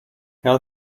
how